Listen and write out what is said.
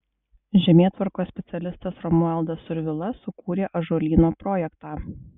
žemėtvarkos specialistas romualdas survila sukūrė ąžuolyno projektą